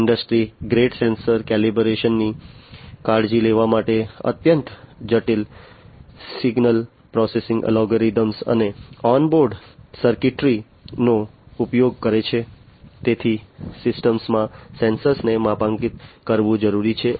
industry grade sensor calibration ની કાળજી લેવા માટે અત્યંત જટિલ સિગ્નલ પ્રોસેસિંગ અલ્ગોરિધમ્સ અને ઓન બોર્ડ સર્કિટરીનો ઉપયોગ કરે છે તેથી સિસ્ટમમાં સેન્સર ને માપાંકિત કરવું જરૂરી છે